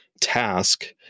task